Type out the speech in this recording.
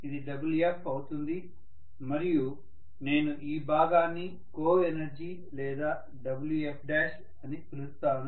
ఇది Wf అవుతుంది మరియు నేను ఈ భాగాన్ని కోఎనర్జీ లేదా Wfఅని పిలుస్తాను